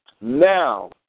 Now